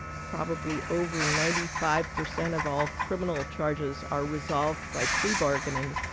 probably over ninety five percent of all criminal charges are resolved by plea bargaining,